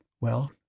Well